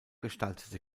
gestaltete